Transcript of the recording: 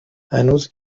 هنوز